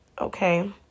Okay